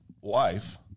wife